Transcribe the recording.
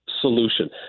solution